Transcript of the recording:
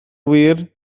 wir